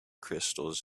crystals